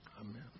Amen